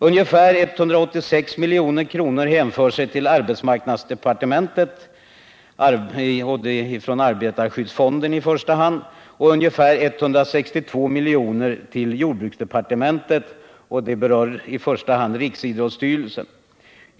Ungefär 186 milj.kr. hänför sig till arbetsmarknadsdepartementet, arbetarskyddsfonden i första hand, och ungefär 162 milj.kr. till jordbruksdepartementet, riksidrottsstyrelsen i första hand.